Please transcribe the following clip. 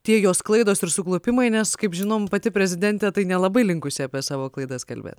tie jos klaidos ir suklupimai nes kaip žinom pati prezidentė tai nelabai linkusi apie savo klaidas kalbėt